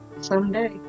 someday